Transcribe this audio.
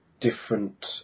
different